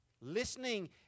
Listening